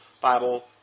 Bible